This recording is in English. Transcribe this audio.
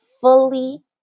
fully